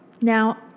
Now